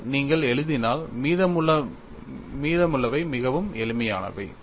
இதை நீங்கள் எழுதினால் மீதமுள்ளவை மிகவும் எளிமையானவை